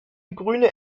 grüne